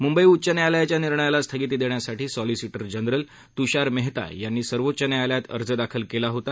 मुंबई उच्च न्यायालयाच्या निर्णयाला स्थगिती देण्यासाठी सॉलिसिटर जनरल तुषार मेहता यांनी सर्वोच्च न्यायालयात अर्ज दाखल केला होता